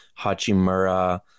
Hachimura